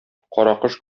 каракош